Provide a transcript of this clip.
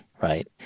right